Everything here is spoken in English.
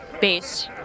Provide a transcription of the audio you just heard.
base